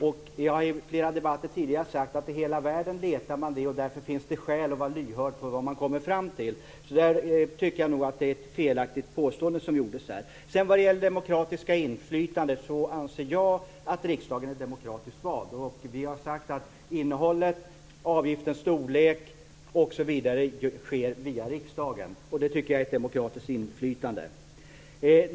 Jag har i flera debatter tidigare sagt att man letar efter detta i hela världen. Därför finns det skäl att vara lyhörd för vad man kommer fram till. Jag tycker nog att det gjordes ett felaktigt påstående här. När det gäller det demokratiska inflytandet anser jag att riksdagen är demokratiskt vald. Vi har sagt att beslut om innehållet, avgiftens storlek osv. skall ske via riksdagen. Det tycker jag är ett demokratiskt inflytande.